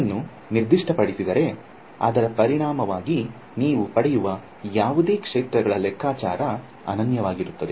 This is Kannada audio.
ಅದನ್ನು ನಿರ್ದಿಷ್ಟಪಡಿಸಿದರೆ ಅದರ ಪರಿಣಾಮವಾಗಿ ನೀವು ಪಡೆಯುವ ಯಾವುದೇ ಕ್ಷೇತ್ರಗಳ ಲೆಕ್ಕಾಚಾರ ಅನನ್ಯವಾಗಿರುತ್ತವೆ